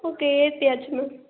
okay ஏற்றியாச்சி ma'am